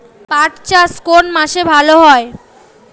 পাট চাষ কোন মাসে ভালো হয়?